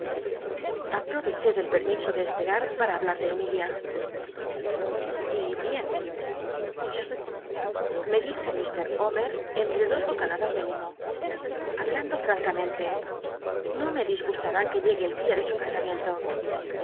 eché del pcamiso de c pcmr para hablaa de emilia y bien oid me dijo mr homer entre clo bocanada de humo hablando francamente no me disgustar i lll llc ue tl cl ia ele su ca